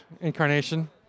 incarnation